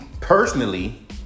personally